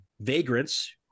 vagrants